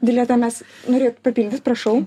dileta mes norėjot papildyt prašau